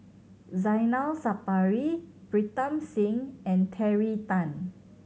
Zainal Sapari Pritam Singh and Terry Tan